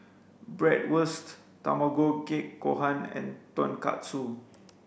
Bratwurst Tamago kake gohan and Tonkatsu